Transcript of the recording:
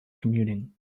commuting